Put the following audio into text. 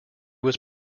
was